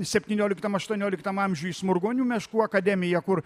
septynioliktam aštuonioliktam amžiuj smurgonių meškų akademija kur